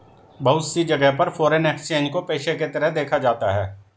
बहुत सी जगह पर फ़ोरेन एक्सचेंज को पेशे के तरह देखा जाता है